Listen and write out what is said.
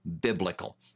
biblical